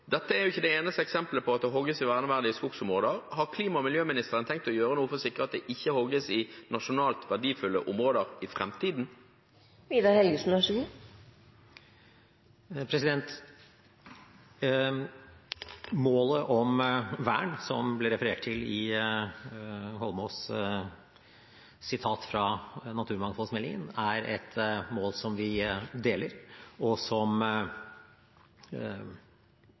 Dette er jo ikke det eneste eksemplet på at det hogges i verneverdige skogsområder. Har klima- og miljøministeren tenkt å gjøre noe for å sikre at det ikke hogges i nasjonalt verdifulle områder i framtiden? Målet om vern, som det ble referert til i representanten Eidsvoll Holmås’ sitat fra naturmangfoldsmeldingen, er et mål som vi deler, og som